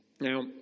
Now